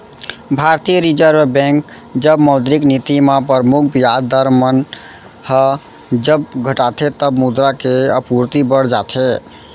भारतीय reserve bank जब मौद्रिक नीति म परमुख बियाज दर मन ह जब घटाथे तब मुद्रा के आपूरति बड़ जाथे